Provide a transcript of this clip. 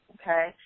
Okay